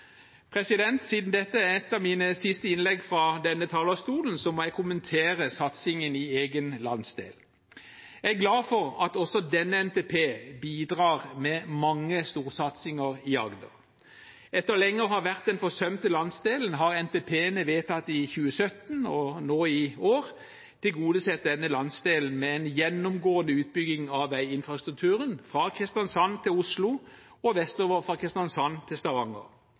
Siden dette er et av mine siste innlegg fra denne talerstolen, må jeg kommentere satsingen i egen landsdel. Jeg er glad for at også denne NTP-en bidrar med mange storsatsinger i Agder. Etter lenge å ha vært den forsømte landsdelen har NTP-ene vedtatt i 2017 og nå i år tilgodesett denne landsdelen med en gjennomgående utbygging av veiinfrastrukturen – fra Kristiansand til Oslo og vestover fra Kristiansand til Stavanger.